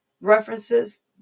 references